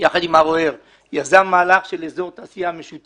בתוכה אנחנו רוצים בשנת